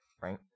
right